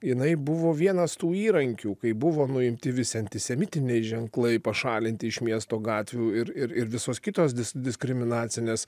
jinai buvo vienas tų įrankių kai buvo nuimti visi antisemitiniai ženklai pašalinti iš miesto gatvių ir ir ir visos kitos dis diskriminacinės